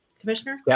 commissioner